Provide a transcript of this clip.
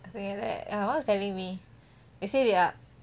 ya my mum was tellling me their